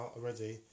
already